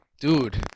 Dude